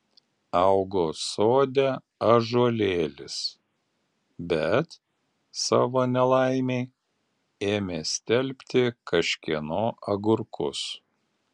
augo sode ąžuolėlis bet savo nelaimei ėmė stelbti kažkieno agurkus